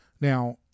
Now